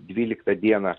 dvyliktą dieną